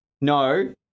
No